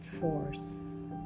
force